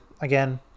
again